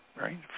right